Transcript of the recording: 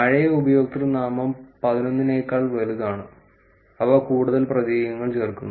പഴയ ഉപയോക്തൃനാമം പതിനൊന്നിനേക്കാൾ വലുതാണ് അവ കൂടുതൽ പ്രതീകങ്ങൾ ചേർക്കുന്നു